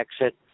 exit